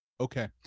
Okay